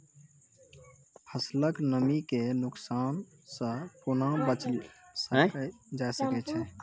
फसलक नमी के नुकसान सॅ कुना बचैल जाय सकै ये?